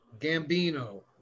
Gambino